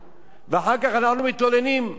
מדוע הגענו למצב כל כך חמור.